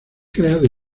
creado